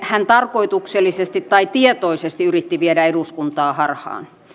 hän tarkoituksellisesti tai tietoisesti yritti viedä eduskuntaa harhaan